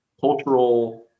cultural